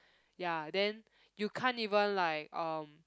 ya then you can't even like um